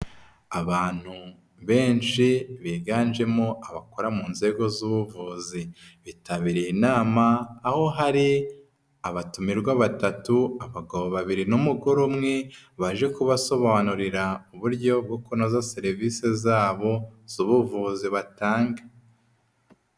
Abantu benshi biganjemo abakora mu nzego z'ubuvuzi, bitabiriye inama aho hari abatumirwa batatu, abagabo babiri n'umugore umwe, baje kubasobanurira uburyo bwo kunoza serivisi zabo z'ubuvuzi batanga.